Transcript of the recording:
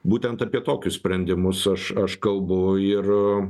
būtent apie tokius sprendimus aš aš kalbu ir